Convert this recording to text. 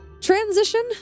transition